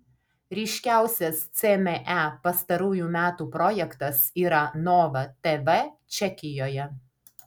ryškiausias cme pastarųjų metų projektas yra nova tv čekijoje